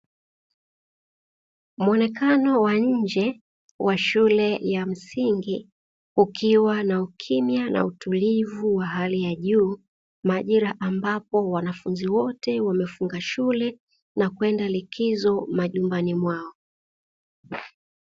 Muonekano wa nje wa shule ya msingi kukiwa na ukimya na utulivu wa hali ya juu, majira ambapo wanafuniz wote wamefunga shule na kwenda likizo majumbani mwao.